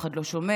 אף אחד לא שומע,